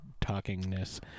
talkingness